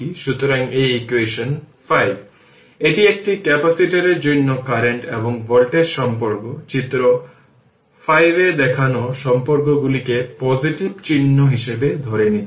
সুতরাং এই ইকুয়েশন 5 এটি একটি ক্যাপাসিটরের জন্য কারেন্ট এবং ভোল্টেজ সম্পর্ক চিত্র 5 এ দেখানো সম্পর্কগুলিকে পজিটিভ চিহ্ন হিসাবে ধরে নিয়েছি